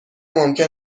ممکن